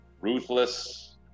ruthless